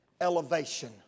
elevation